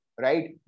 right